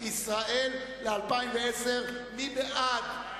לא ממרומיי,